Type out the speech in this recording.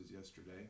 yesterday